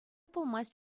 пулмасть